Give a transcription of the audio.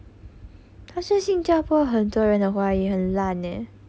但是新加坡很多人的华话很烂耶